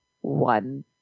one